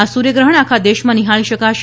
આ સૂર્યગ્રહણ આખા દેશમાં નિહાળી શકાશે